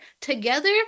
together